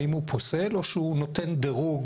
האם הוא פוסל או שהוא נותן דירוג?